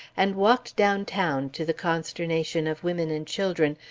and walked downtown, to the consternation of women and children,